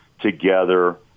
together